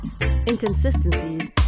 inconsistencies